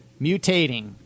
mutating